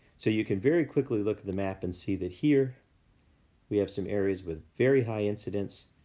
so, you can very quickly look at the map and see that here we have some areas with very high incidence.